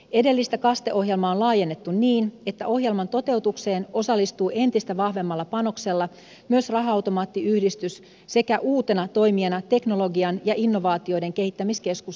edellistä kaste ohjelmaa on laajennettu niin että ohjelman toteutukseen osallistuvat entistä vahvemmalla panoksella myös raha automaattiyhdistys sekä uutena toimijana teknologian ja innovaatioiden kehittämiskeskus tekes